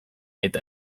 eta